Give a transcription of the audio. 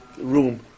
room